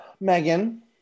Megan